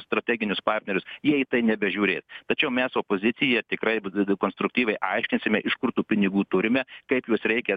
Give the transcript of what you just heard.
strateginius partnerius jie į tai nebežiūrės tačiau mes opozicija tikrai b d d konstruktyviai aiškinsime iš kur tų pinigų turime kaip juos reikia